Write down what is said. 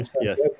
Yes